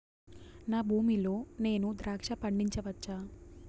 నా భూమి లో నేను ద్రాక్ష పండించవచ్చా?